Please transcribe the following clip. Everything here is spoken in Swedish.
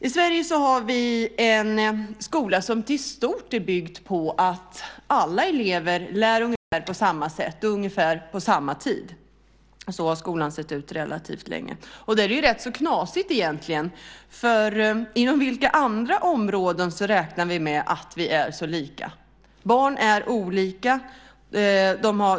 I Sverige har vi en skola som i stort är byggd på att alla elever lär på ungefär samma sätt och ungefär samma tid. Så har skolan sett ut relativt länge. Det där är rätt knasigt egentligen. Inom vilka andra områden räknar vi med att vi är så lika? Barn är olika.